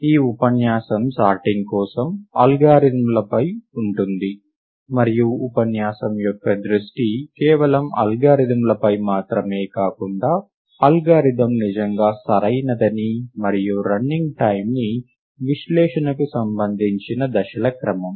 ఈ ఉపన్యాసం సార్టింగ్ కోసం అల్గారిథమ్లపై ఉంటుంది మరియు ఉపన్యాసం యొక్క దృష్టి కేవలం అల్గారిథమ్లపై మాత్రమే కాకుండా అల్గోరిథం నిజంగా సరైనదని మరియు రన్నింగ్ టైంను విశ్లేషణ కి సంబంధించిన దశల క్రమం